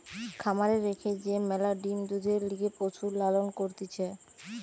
খামারে রেখে যে ম্যালা ডিম্, দুধের লিগে পশুর লালন করতিছে